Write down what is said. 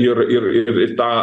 ir ir ir ir tą